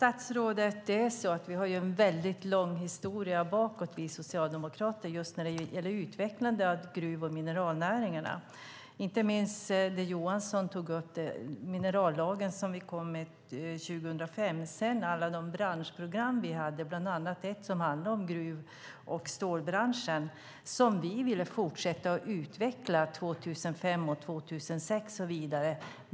Fru talman! Vi socialdemokrater har, statsrådet, en lång historia bakåt när det gäller utvecklande av gruv och mineralnäringarna. Det gäller inte minst vad Lars Johansson tog upp om minerallagen från 2005. Sedan hade vi alla branschprogram, bland annat ett som handlade om gruv och stålbranschen. Vi ville fortsätta utvecklingen 2005, 2006 och vidare.